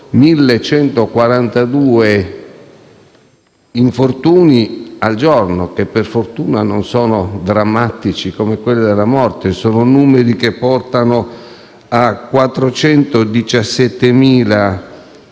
1.142 infortuni al giorno, che per fortuna non sono drammatici come quelli mortali. Sono numeri che portano ai circa 417.000